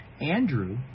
Andrew